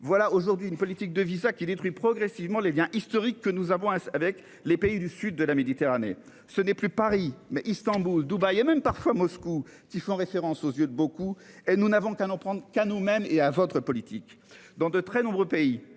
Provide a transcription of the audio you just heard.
voilà aujourd'hui une politique de visas qui détruit progressivement les Liens historiques que nous avons avec les pays du sud de la Méditerranée. Ce n'est plus Paris, mais Istanbul Dubaï même parfois Moscou qui font référence aux yeux de beaucoup et nous n'avons qu'un en prendre qu'à nous-mêmes et à votre politique dans de très nombreux pays